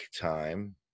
time